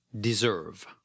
deserve